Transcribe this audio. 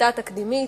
החלטה תקדימית.